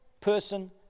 person